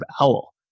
owl